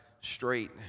straight